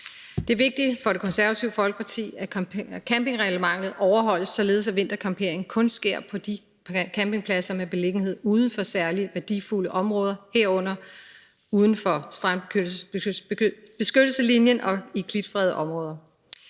Det er vigtigt for Det Konservative Folkeparti, at campingreglementet overholdes, således at vintercampering kun sker på campingpladser med beliggenhed uden for særlig værdifulde områder, herunder uden for strandbeskyttelseslinjen og klitfredede områder.